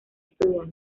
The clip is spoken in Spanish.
estudiada